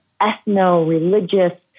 ethno-religious